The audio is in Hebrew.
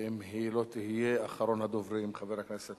ואם היא לא תהיה, אחרון הדוברים, חבר הכנסת